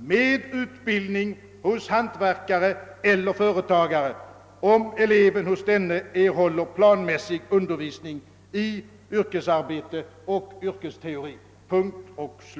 med utbildning hos hantverkare eller företagare, om eleven hos denne erhåller planmässig undervisning i yrkesarbete och yrkesteori.